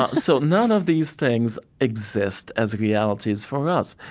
ah so none of these things exist as realities for us.